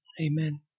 amen